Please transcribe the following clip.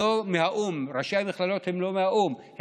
ראשי המכללות הם לא מהאו"ם,